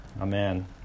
amen